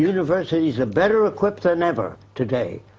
universities are better equipped than ever, today.